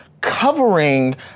covering